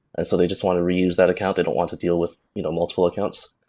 and so they just want to reuse that account. they don't want to deal with you know multiple accounts,